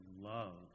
love